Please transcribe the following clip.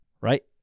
right